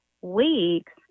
weeks